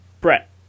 Brett